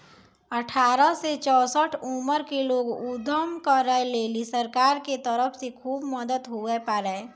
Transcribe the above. अठारह से चौसठ उमर के लोग उद्यम करै लेली सरकार के तरफ से खुब मदद हुवै पारै